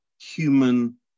human